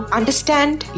understand